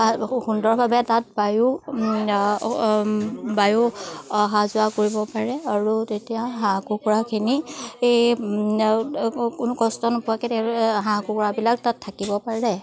সুন্দৰভাৱে তাত বায়ু বায়ু অহা যোৱা কৰিব পাৰে আৰু তেতিয়া হাঁহ কুকুৰাখিনি কোনো কষ্ট নোপোৱাকৈ হাঁহ কুকুৰাবিলাক তাত থাকিব পাৰে